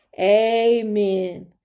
Amen